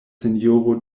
sinjoro